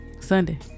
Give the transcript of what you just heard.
Sunday